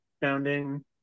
founding